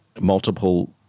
multiple